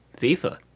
FIFA